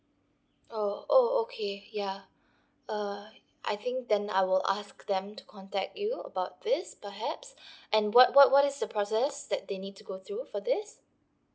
oh oh okay ya err I think then I will ask them to contact you about this perhaps and what what what is the process that they need to go through for this